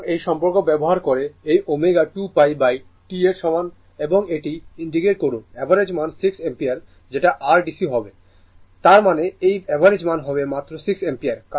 সুতরাং এই সম্পর্ক ব্যবহার করবো এই ω 2π T এর সমান এবং এটি ইন্টিগ্রেট করুন অ্যাভারেজ মান 6 অ্যাম্পিয়ার যেটা r dc হবে তার মানে এই অ্যাভারেজ মান হবে মাত্র 6 অ্যাম্পিয়ার